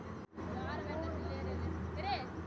तत्काल भुगतान सेवा के माध्यम सॅ ओ अपन भुगतान कयलैन